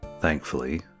Thankfully